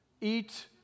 Eat